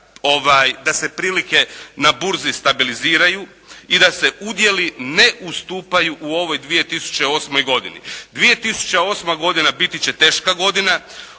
da se prilike na burzi stabiliziraju i da se udjeli ne ustupaju u ovoj 2008. godini. 2008. godina biti će teška godina.